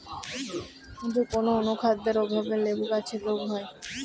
কোন অনুখাদ্যের অভাবে লেবু গাছের রোগ হয়?